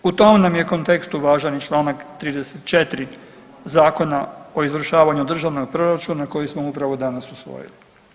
U tom nam je kontekstu važan i čl. 34 Zakona o izvršavanju državnog proračuna koji smo upravo danas usvojili.